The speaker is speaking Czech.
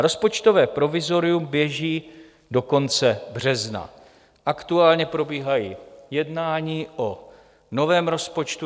Rozpočtové provizorium běží do konce března, aktuálně probíhají jednání o novém rozpočtu.